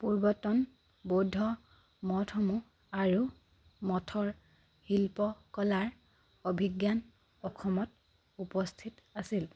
পূৰ্বতন বৌদ্ধ মঠসমূহ আৰু মঠৰ শিল্পকলাৰ অভিজ্ঞান অসমত উপস্থিত আছিল